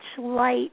light